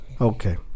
Okay